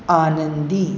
आनंदी